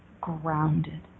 grounded